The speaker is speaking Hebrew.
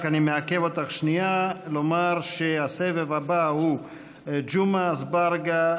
אני רק מעכב אותך שנייה לומר שהסבב הבא הוא ג'מעה אזברגה,